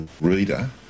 reader